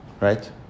right